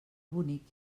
bonic